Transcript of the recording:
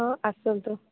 ହଁ ଆସନ୍ତୁ